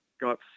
got